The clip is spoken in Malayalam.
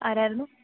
ആരായിരുന്നു